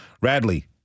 Radley